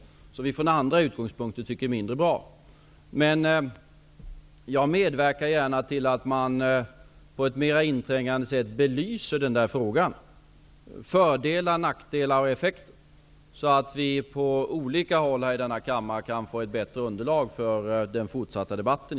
Det tycker vi från andra utgångspunkter är mindre bra. Men jag medverkar gärna till att man på ett mer inträngande sätt belyser denna fråga när det gäller fördelar, nackdelar och effekter, så att vi på olika håll här i denna kammare kan få ett bättre undelag för den fortsatta debatten.